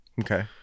Okay